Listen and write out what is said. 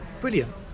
Brilliant